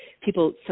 people